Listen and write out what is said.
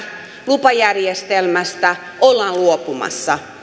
lupajärjestelmästä ollaan luopumassa